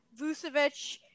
Vucevic